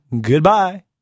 goodbye